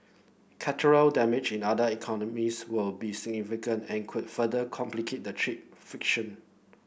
damage in other economies will be significant and could further complicate the trade friction